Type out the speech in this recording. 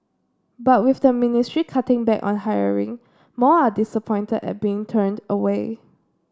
but with the ministry cutting back on hiring more are disappointed at being turned away